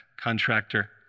contractor